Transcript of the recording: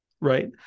right